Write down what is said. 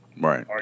Right